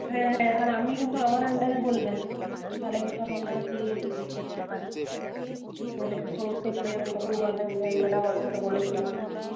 হ্যাঁ আর আপনি কিন্তু আমার আন্ডারে বলবেন তাহলে হয়তো আমি আপনাকে দেখতে পারি নইলে আবার সমস্যায় পড়ে যাবেন তখন বলবেন যে ম্যাডাম আপনাকে বলেছিলাম